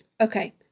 okay